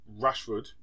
Rashford